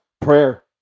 Prayer